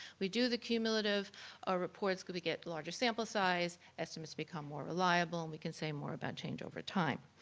we do the cumulative our reports, could we get larger sample size, estimates become more reliable, and we can say more about change over time.